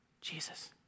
Jesus